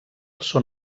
són